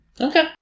Okay